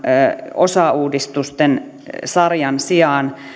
osauudistusten sarjan sijaan